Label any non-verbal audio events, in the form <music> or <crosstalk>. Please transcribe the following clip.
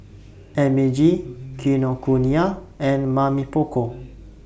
M A G <noise> Kinokuniya and Mamy Poko <noise>